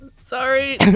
Sorry